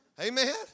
Amen